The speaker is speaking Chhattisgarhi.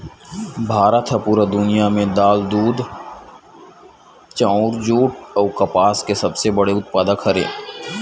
भारत हा पूरा दुनिया में दाल, दूध, चाउर, जुट अउ कपास के सबसे बड़े उत्पादक हरे